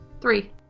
three